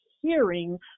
hearing